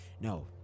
No